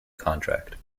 contract